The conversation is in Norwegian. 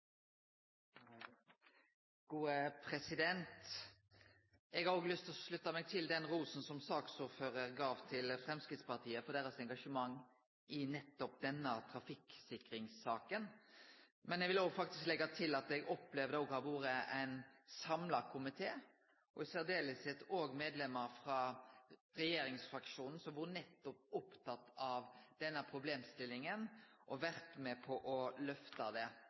gode. Det skal vi sammen bidra til å pushe på, for det bør være en selvfølge. Eg har òg lyst til å slutte meg til den rosen som saksordføraren gav til Framstegspartiet for deira engasjement i nettopp denne trafikktryggleikssaka. Men eg vil leggje til at eg opplever at det har vore ein samla komité, og særleg medlemene frå regjeringsfraksjonen, som har vore opptekne av denne problemstillinga og vore med på å